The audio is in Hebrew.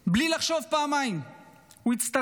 בלי לחשוב פעמיים הוא הצטרף,